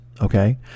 Okay